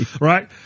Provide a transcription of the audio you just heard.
Right